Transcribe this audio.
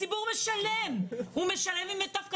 הציבור משלם ממיטב כספו,